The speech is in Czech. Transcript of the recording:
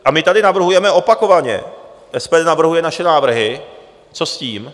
A my tady navrhujeme opakovaně, SPD navrhuje naše návrhy, co s tím.